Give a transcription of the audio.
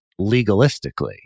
legalistically